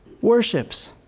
worships